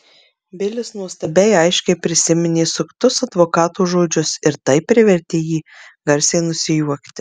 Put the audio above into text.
bilis nuostabiai aiškiai prisiminė suktus advokato žodžius ir tai privertė jį garsiai nusijuokti